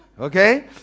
Okay